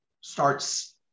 starts